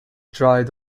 dried